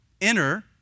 Enter